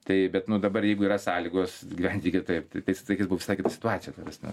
tai bet nu dabar jeigu yra sąlygos gyventi kitaip tai laikais buvo visai kita situacija ta prasme